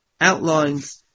outlines